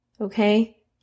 Okay